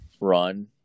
run